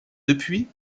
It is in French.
depuis